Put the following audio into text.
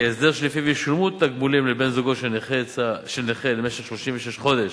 כי ההסדר שלפיו ישולמו תגמולים לבן-זוגו של נכה למשך 36 חודשים